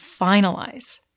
finalize